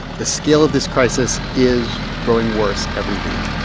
the scale of this crisis is growing worse every week.